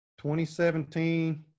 2017